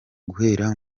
guhera